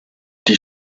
die